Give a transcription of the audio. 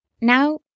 Now